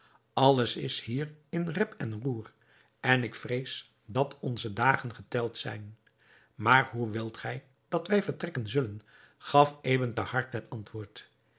alles is hier in rep en roer en ik vrees dat onze dagen geteld zijn maar hoe wilt gij dat wij vertrekken zullen gaf ebn thahar ten antwoord